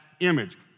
Image